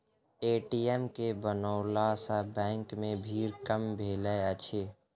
ATM के बनओला सॅ बैंक मे भीड़ कम भेलै अछि